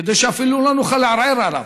כדי שאפילו לא נוכל לערער עליו.